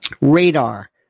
radar